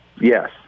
Yes